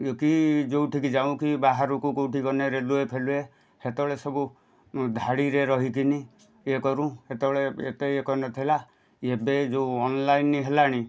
କି ଯୋଉଁଠିକି ଯାଉକି ବାହାରକୁ କେଉଁଠି ଗନେ ରେଲୱେଫେଲୱେ ସେତେବେଳେ ସବୁ ଧାଡ଼ିରେ ରହିକିନି ଇଏ କରୁ ସେତେବେଳେ ଏତେ ଇଏକ ନଥିଲା ଏବେ ଯେଉଁ ଅନଲାଇନ୍ ହେଲାଣି